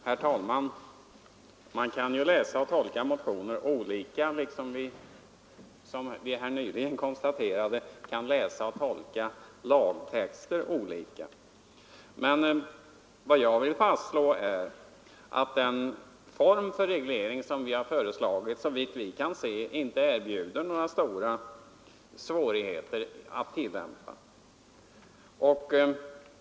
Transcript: Herr talman! Man kan ju läsa och tolka motioner olika, liksom vi nyligen konstaterade att man kan läsa och tolka lagtexter olika. Jag vill fastslå att den form för reglering som vi har föreslagit såvitt vi kan se inte erbjuder några svårigheter att tillämpa.